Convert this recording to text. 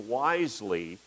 wisely